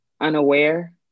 unaware